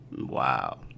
Wow